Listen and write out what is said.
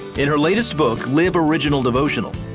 in her latest book live original devotional,